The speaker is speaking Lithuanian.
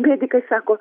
medikai sako